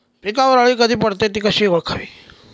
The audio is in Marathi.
पिकावर अळी कधी पडते, ति कशी ओळखावी?